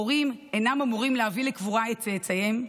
הורים אינם אמורים להביא לקבורה את צאצאיהם,